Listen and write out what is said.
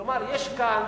כלומר, יש כאן